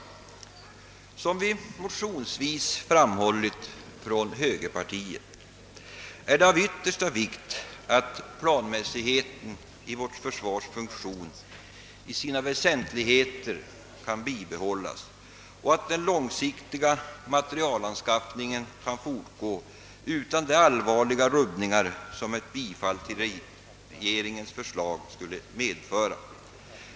Som motionsvis framhållits av högerpartiet är det av yttersta vikt att planmässigheten i vårt försvars funktion i sina väsentligheter kan bibehållas och att den långsiktiga materielanskaffningen kan fortgå utan de allvarliga rubbningar som ett bifall till regeringens förslag skulle medföra.